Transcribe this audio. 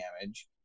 damage